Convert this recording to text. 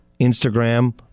Instagram